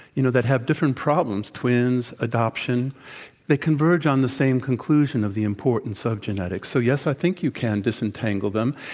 you know, that have different problems twins, adoption they converge on the same conclusion of the importance of genetics. so, yes, i think you can disentangle them.